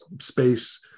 space